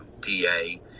da